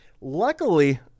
Luckily